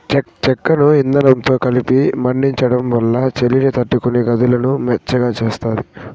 చెక్కను ఇందనంతో కలిపి మండించడం వల్ల చలిని తట్టుకొని గదులను వెచ్చగా చేస్తాది